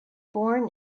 born